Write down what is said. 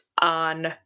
on